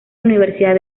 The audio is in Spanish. universidad